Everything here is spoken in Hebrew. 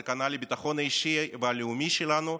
סכנה לביטחון האישי והלאומי שלנו,